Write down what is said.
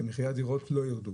שמחירי הדירות לא ירדו